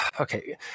Okay